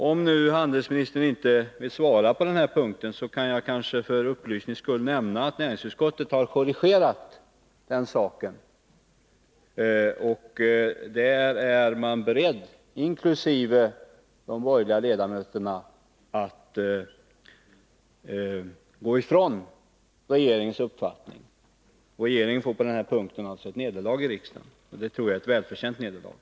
Om nu handelsministern inte vill svara på den punkten, kan jag kanske för upplysnings skull nämna att näringsutskottet har korrigerat den saken. Utskottet är berett, inkl. de borgerliga ledamöterna, att gå ifrån regeringens uppfattning. Regeringen får alltså på den punkten ett nederlag i riksdagen, och det tror jag är ett välförtjänt nederlag.